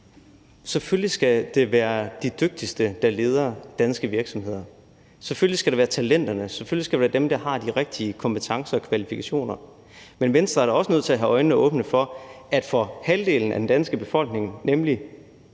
Selvfølgelig skal det være de dygtigste, der leder danske virksomheder. Selvfølgelig skal det være talenterne, og selvfølgelig skal det være dem, der har de rigtige kompetencer og kvalifikationer. Men Venstre er da også nødt til at have øjnene åbne for, at for halvdelen af den danske befolkning, nemlig